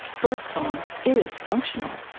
birdsong is functional,